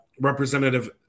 Representative